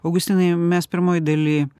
augustinai mes pirmoj daly